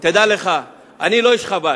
תדע לך, אני לא איש חב"ד,